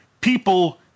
people